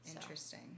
interesting